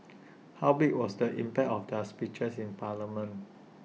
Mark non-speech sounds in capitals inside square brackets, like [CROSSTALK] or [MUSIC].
[NOISE] how big was the impact of their speeches in parliament